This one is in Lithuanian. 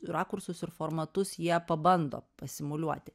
rakursus ir formatus jie pabando pastimuliuoti